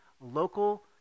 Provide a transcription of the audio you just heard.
local